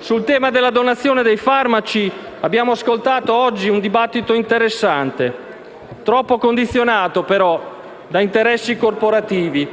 Sul tema della donazione dei farmaci abbiamo ascoltato oggi un dibattito interessante, troppo condizionato però da interessi corporativi.